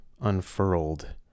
unfurled